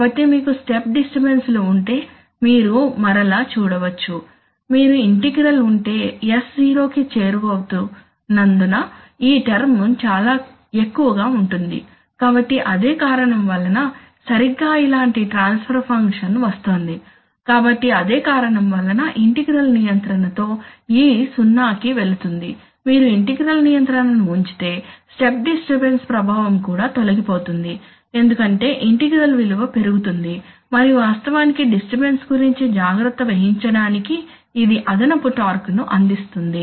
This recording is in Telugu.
కాబట్టి మీకు స్టెప్ డిస్టర్బన్స్ లు ఉంటే మీరు మరల చూడవచ్చు మీరు ఇంటిగ్రల్ ఉంటే S జీరో కి చెరువుతున్నందున ఈ టర్మ్ చాల ఎక్కువగా ఉంటుంది కాబట్టి అదే కారణం వలన సరిగ్గా ఇలాంటి ట్రాన్స్ఫర్ ఫంక్షన్ వస్తోంది కాబట్టి అదే కారణం వలన ఇంటిగ్రల్ నియంత్రణతో e సున్నాకి వెళుతుంది మీరు ఇంటిగ్రల్ నియంత్రణను ఉంచితే స్టెప్ డిస్టర్బన్స్ ప్రభావం కూడా తొలగిపోతుంది ఎందుకంటే ఇంటిగ్రల్ విలువ పెరుగుతుంది మరియు వాస్తవానికి డిస్టర్బన్స్ గురించి జాగ్రత్త వహించడానికి ఇది అదనపు టార్క్ ను అందిస్తుంది